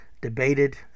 debated